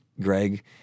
Greg